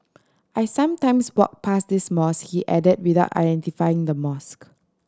I sometimes walk pass this mosque he added without identifying the mosque